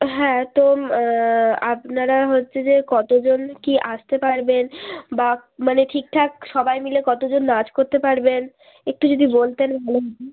হ্যাঁ তো আপনারা হচ্ছে যে কতজন কি আসতে পারবেন বা মানে ঠিকঠাক সবাই মিলে কতজন নাচ করতে পারবেন একটু যদি বলতেন ভালো হত